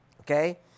Okay